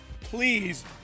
Please